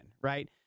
right